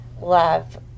love